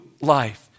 life